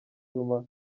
zuma